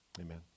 Amen